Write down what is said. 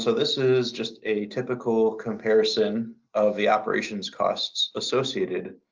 so this is just a typical comparison of the operations costs associated